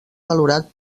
valorat